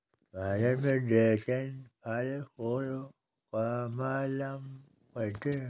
भारत में ड्रेगन फल को कमलम कहते है